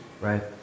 Right